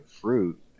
fruit